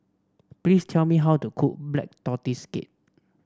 please tell me how to cook Black Tortoise Cake